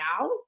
now